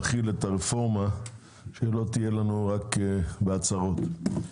החלת הרפורמה שלא תהיה רק בהצהרות.